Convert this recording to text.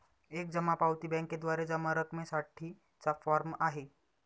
एक जमा पावती बँकेद्वारे जमा रकमेसाठी चा फॉर्म आहे